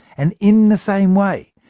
and in the same way,